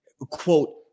quote